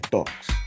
Talks